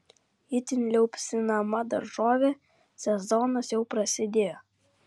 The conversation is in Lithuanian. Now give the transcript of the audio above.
itin liaupsinama daržovė sezonas jau prasidėjo